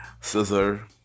Scissor